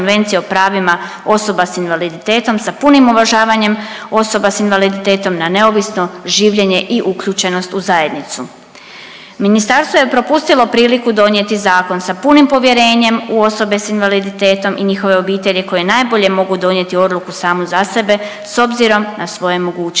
osoba s invaliditetom sa punim uvažavanjem osoba s invaliditetom na neovisno življenje i uključenost u zajednicu. Ministarstvo je propustilo priliku donijeti zakon sa punim povjerenjem u osobe s invaliditetom i njihove obitelji koje najbolje mogu donijeti odluku samu za sebe s obzirom na svoje mogućnosti.